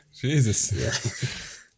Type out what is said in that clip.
Jesus